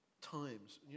times